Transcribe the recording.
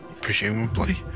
presumably